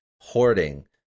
hoarding